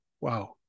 Wow